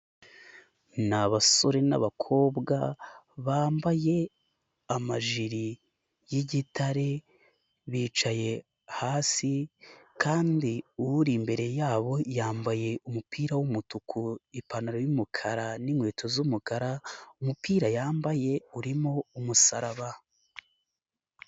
Ni abasore n.abakobwa bambaye amajiri y'igitare bicaye hasi kandi uri imbere yabo yambaye umupira w'umutuku, ipantaro y'umukara n'inkweto z'umukara, umupira yambaye urimo umusaraba.